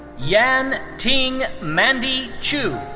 yan ting mandy chu.